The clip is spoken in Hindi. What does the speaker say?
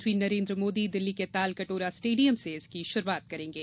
प्रधानमंत्री नरेन्द्र मोदी दिल्ली के तालकटोरा स्टेडियम से इसकी शुरूआत करेंगे